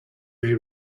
may